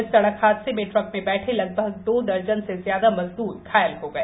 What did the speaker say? इस सड़क हादसे में ट्रक में बैठे लगभग दो दर्जन से ज्यादा मजदूर घा ल हो गए